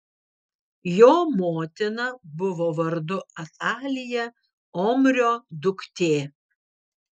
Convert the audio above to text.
jo motina buvo vardu atalija omrio duktė